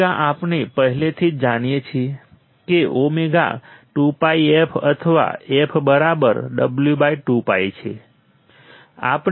omega આપણે પહેલેથી જ જાણીએ છીએ કે ઓમેગા 2πf અથવા f બરાબર w2π છે